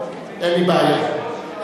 56, אין נמנעים.